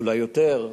אולי יותר,